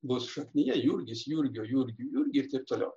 bus šaknyje jurgis jurgio jurgiui jurgį ir taip toliau